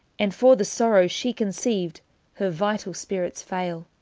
and for the sorrow she conceivde her vitall spirits faile.